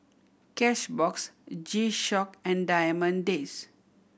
Cashbox G Shock and Diamond Days